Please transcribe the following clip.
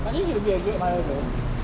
at least you will be a great mother then